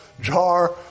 jar